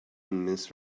mince